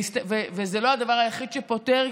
זה לא הדבר היחיד שפותר,